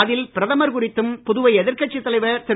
அதில் பிரதமர் குறித்தும் புதுவை எதிர்க்கட்சித் தலைவர் திரு